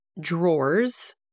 drawers